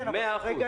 בשנה הבאה,